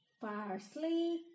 parsley